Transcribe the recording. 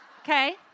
okay